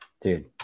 dude